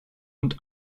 und